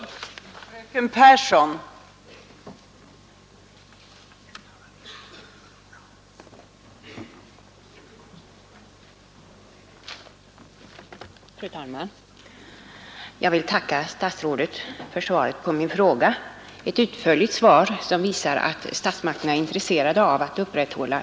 att trygga sysselsättningen inom TEKO industrierna